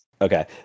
okay